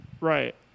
Right